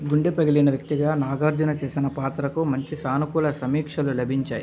గుండె పగిలిన వ్యక్తిగా నాగార్జున చేసిన పాత్రకు మంచి సానుకూల సమీక్షలు లభించాయి